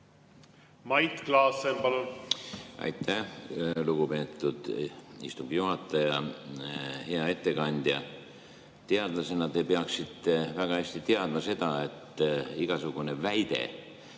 Mait Klaassen, palun! Aitäh, lugupeetud istungi juhataja! Hea ettekandja! Teadlasena te peaksite väga hästi teadma seda, et igasugune väide,